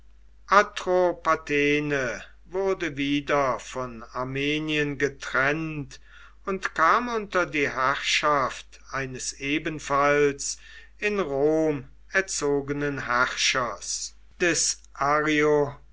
atropatene wurde wieder von armenien getrennt und kam unter die herrschaft eines ebenfalls in rom erzogenen herrschers des